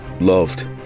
loved